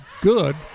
good